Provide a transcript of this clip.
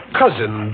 cousin